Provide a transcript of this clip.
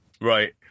Right